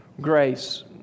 Grace